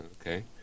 Okay